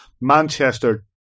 Manchester